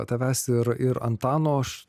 tavęs ir ir antano aš